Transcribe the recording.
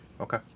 Okay